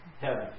Heaven